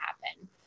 happen